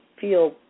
feel